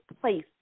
place